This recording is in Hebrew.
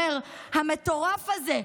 אומר: המטורף הזה,